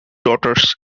daughters